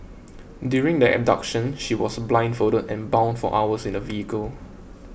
during the abduction she was blindfolded and bound for hours in a vehicle